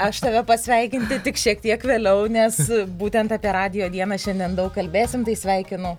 aš tave pasveikinti tik šiek tiek vėliau nes būtent apie radijo dieną šiandien daug kalbėsim tai sveikinu